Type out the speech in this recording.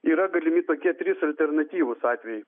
yra galimi tokie trys alternatyvūs atvejai